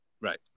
Right